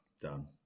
Done